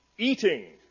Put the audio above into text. Eating